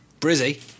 Brizzy